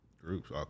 groups